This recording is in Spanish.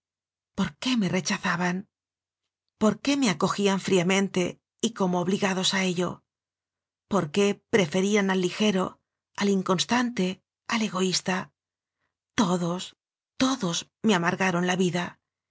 por qué me rechazaban por qué me acojían fríamente y como obligados a ello por qué preferían al lijero al inconstante al egoísta todos todos me biblioteca nacional de españa amargaron la vida